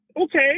okay